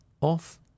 off